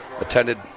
attended